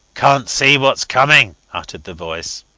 cant see whats coming, uttered the voice.